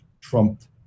trumped